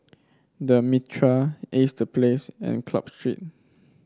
The Mitraa Ace The Place and Club Street